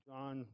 John